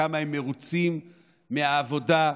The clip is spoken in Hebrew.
כמה הם מרוצים מהעבודה,